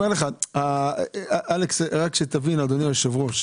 אדוני היושב-ראש,